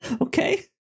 Okay